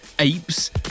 apes